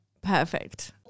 Perfect